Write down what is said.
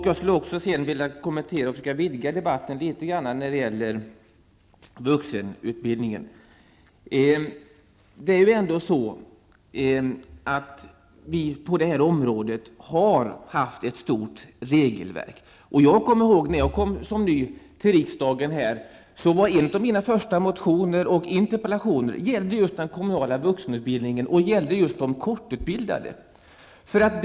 Jag skulle även vilja kommentera och vidga debatten litet grand när det gäller vuxenutbildningen. På det här området har vi haft ett stort regelverk. När jag kom som ny till riksdagen gällde en av mina första motioner och interpellationer just den kommunala vuxenutbildningen och de kortutbildades situation.